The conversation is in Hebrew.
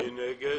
מי נגד?